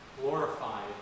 glorified